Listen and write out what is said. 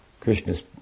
Krishna's